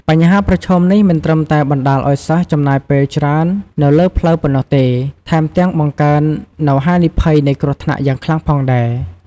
បញ្ហាប្រឈមនេះមិនត្រឹមតែបណ្ដាលឱ្យសិស្សចំណាយពេលច្រើននៅលើផ្លូវប៉ុណ្ណោះទេ ថែមទាំងបង្កើននូវហានិភ័យនៃគ្រោះថ្នាក់យ៉ាងខ្លាំងផងដែរ។